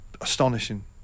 astonishing